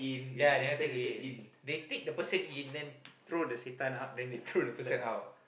yeah never take already they take the person in then they throw the setan out then they throw the person out